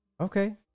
Okay